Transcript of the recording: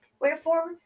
Wherefore